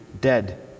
dead